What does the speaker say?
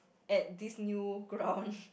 at this new ground